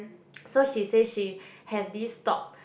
so she say she have this top